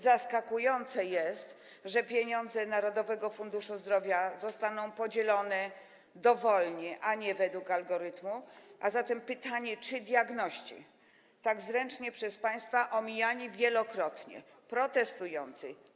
Zaskakujące jest, że pieniądze Narodowego Funduszu Zdrowia zostaną podzielone dowolnie, a nie według algorytmu, a zatem pytanie, czy diagności, wielokrotnie tak zręcznie przez państwa omijani, protestujący.